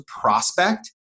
prospect